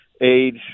age